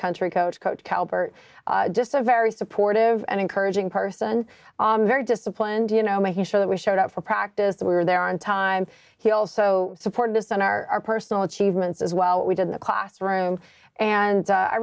country coach coach calbert just a very supportive and encouraging person very disciplined you know making sure that we showed up for practice we were there on time he also supported us on our personal achievements as well what we did in the classroom and